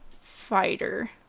fighter